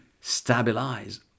stabilize